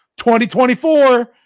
2024 –